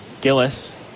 Gillis